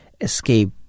escape